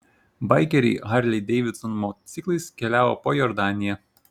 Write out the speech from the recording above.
baikeriai harley davidson motociklais keliavo po jordaniją